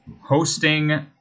hosting